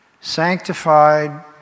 Sanctified